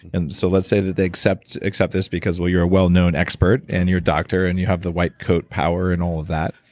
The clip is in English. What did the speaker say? and so let's say that they accept accept this because, well, you're a well-known expert and your doctor and you have the white coat power and all of that